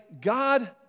God